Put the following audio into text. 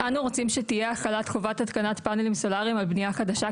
אנו רוצים שתהיה החלת חובת התקנת פאנלים סולאריים על בניה חדשה,